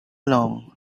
long